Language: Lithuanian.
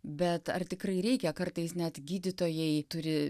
bet ar tikrai reikia kartais net gydytojai turi